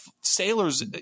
sailors